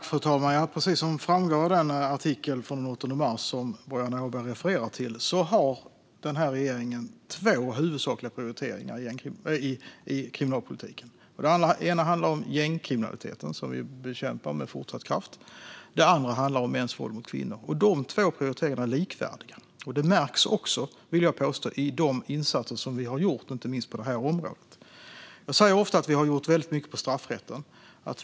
Fru talman! Precis som framgår i den artikel från den 8 mars som Boriana Åberg refererar till har den här regeringen två huvudsakliga prioriteringar i kriminalpolitiken. Den ena är gängkriminaliteten, som vi bekämpar med fortsatt kraft. Den andra är mäns våld mot kvinnor. Dessa två prioriteringar är likvärdiga. Det märks också, vill jag påstå, i de insatser som vi har gjort inte minst på det här området. Jag säger ofta att vi har gjort väldigt mycket på straffrättens område.